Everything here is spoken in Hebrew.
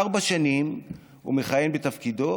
ארבע שנים הוא מכהן בתפקידו,